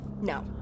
No